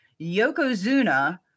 Yokozuna